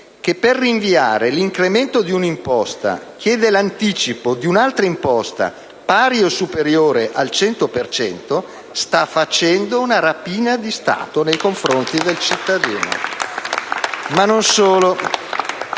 che per rinviare l'incremento di un'imposta chiede l'anticipo di un'altra imposta, pari o superiore al cento per cento, sta facendo una rapina di Stato nei confronti del cittadino. *(Applausi